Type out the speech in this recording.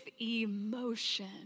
emotion